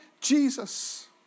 Jesus